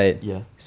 ya